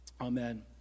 amen